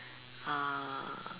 ha